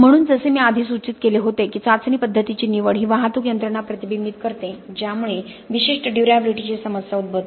म्हणून जसे मी आधी सूचित केले होते की चाचणी पद्धतीची निवड ही वाहतूक यंत्रणा प्रतिबिंबित करते ज्यामुळे विशिष्ट ड्युर्याबिलिटीची समस्या उद्भवते